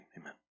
amen